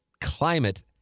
climate